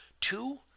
Two